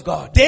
God